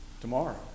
Tomorrow